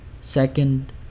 Second